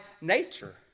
nature